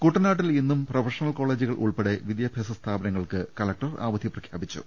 കൂട്ടനാട്ടിൽ ഇന്നും പ്രൊഫഷണൽ കോളേജുകൾ ഉൾപ്പെടെ വിദ്യാഭ്യാസ സ്ഥാപനങ്ങൾക്ക് കലക്ടർ അവധി പ്രഖ്യാപിച്ചു